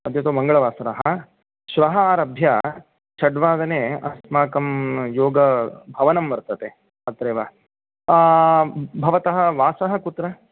अद्य तु मङ्गलवासरः श्वः आरभ्य षड्वादने अस्माकं योगभवनं वर्तते अत्रैव भवतः वासः कुत्र